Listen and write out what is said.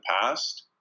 past